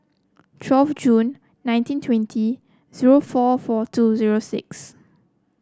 twelfth Jun nineteen twenty zero four four two zero six